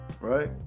right